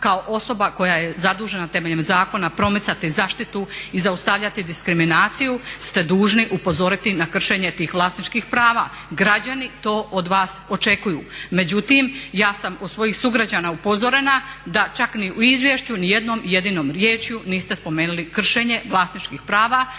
kao osoba koja je zadužena temeljem zakona promicati zaštitu i zaustavljati diskriminaciju ste dužni upozoriti na kršenje tih vlasničkih prava. Građani to od vas očekuju. Međutim, ja sam od svojih sugrađana upozorena da čak ni u izvješću ni jednom jedinom riječju niste spomenuli kršenje vlasničkih prava